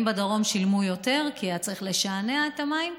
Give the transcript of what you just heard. בדרום שילמו יותר כי היה צריך לשנע את המים.